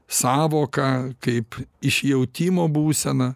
sąvoką kaip iš jautimo būseną